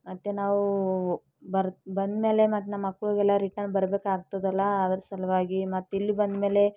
ಮತ್ತು ನಾವು ಬರ್ ಬಂದಮೇಲೆ ಮತ್ತು ನಮ್ಮ ಮಕ್ಳಿಗೆಲ್ಲ ರಿಟರ್ನ್ ಬರ್ಬೇಕಾಗ್ತದಲ್ಲ ಅದರ ಸಲುವಾಗಿ ಮತ್ತು ಇಲ್ಲಿ ಬಂದಮೇಲೆ